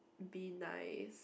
be nice